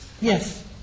Yes